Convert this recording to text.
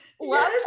Love